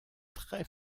très